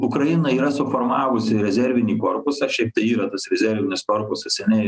ukraina yra suformavusi rezervinį korpusą šiaip tai yra tas rezervinis parkus seniai